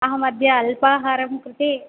अहमद्य अल्पाहारं कृते